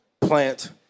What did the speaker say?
plant